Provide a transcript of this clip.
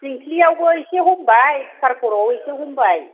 थिंख्लिआवबो एसे हमबाय कुकार खर'आव एसे हमबाय